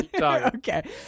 Okay